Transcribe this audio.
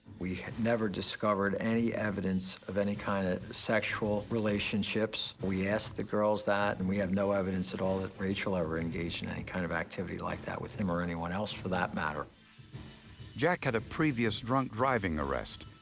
we never discovered any evidence of any kind of sexual relationships. we asked the girls that, and we have no evidence at all that rachel ever engaged in any kind of activity like that with him or anyone else, for that matter. narrator jack had a previous drunk-driving arrest,